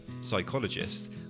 psychologist